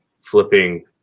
flipping